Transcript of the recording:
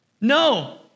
No